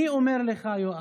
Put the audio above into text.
אני אומר לך, יואב,